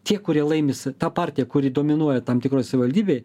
tie kurie laimi ta partija kuri dominuoja tam tikroj savivaldybėj